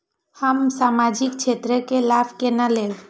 हम सामाजिक क्षेत्र के लाभ केना लैब?